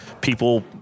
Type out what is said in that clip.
People